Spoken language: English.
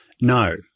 No